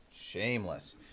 shameless